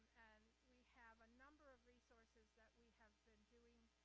we have a number of resources that we have been doing,